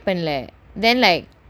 then like err